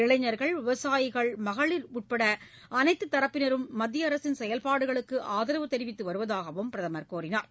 இளைஞர்கள் விவசாயிகள் மகளிர் உட்பட அனைத்துத் தரப்பினரும் மத்திய செயல்பாடுகளுக்கு ஆதரவு தெரிவித்து வருவதாகவும் அவர் கூறினார்